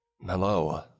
Hello